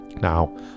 Now